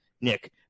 Nick